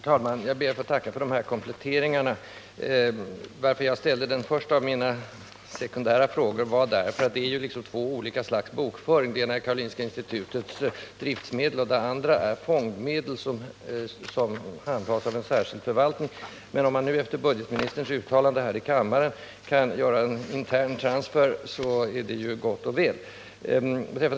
Herr talman! Jag ber att få tacka för dessa kompletteringar. Anledningen till att jag ställde den första av mina följdfrågor var att det gäller två olika slags bokföring. Den ena avser Karolinska sjukhusets driftmedel, den andra fondmedel som handhas av en särskild förvaltning. Om man nu efter budgetoch ekonomiministerns uttalande här i kammaren kan göra en intern transferering, är det gott och väl.